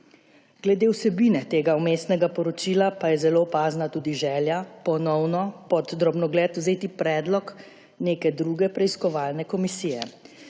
Glede vsebine tega vmesnega poročila pa je zelo opazna tudi želja ponovno pod drobnogled vzeti predlog neke druge preiskovalne komisije,